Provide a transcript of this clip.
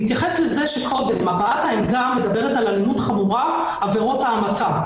נתייחס לזה שקודם הבעת העמדה מדברת על עבירות ההמתה,